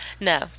No